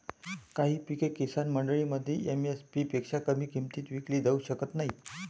काही पिके किसान मंडईमध्ये एम.एस.पी पेक्षा कमी किमतीत विकली जाऊ शकत नाहीत